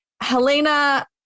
Helena